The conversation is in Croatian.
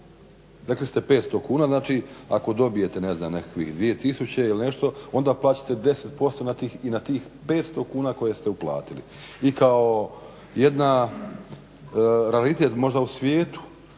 Rekli ste 500 kuna, znači ako dobijete ne znam nekakvih 2000 ili nešto onda plaćate 10% i na tih 500 kuna koje ste uplatili. I kao jedna realitet možda u svijetu,